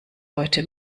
heute